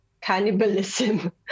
cannibalism